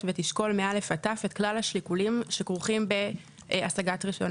ותשקול מ-א' עד ת' את כלל השיקולים שכרוכים בהשגת רישיון.